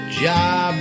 job